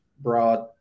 broad